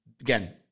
again